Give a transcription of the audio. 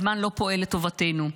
הזמן לא פועל לטובתנו,